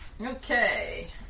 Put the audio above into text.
Okay